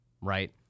right